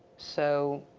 so,